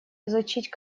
изучить